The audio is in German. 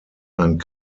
ein